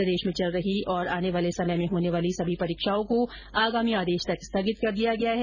प्रदेश में चल रही और आने वाले समय में होने वाली सभी परीक्षाओं को आगामी आदेश तक स्थगित कर दिया गया है